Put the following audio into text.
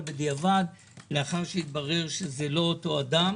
בדיעבד לאחר שהתברר שזה לא אותו אדם.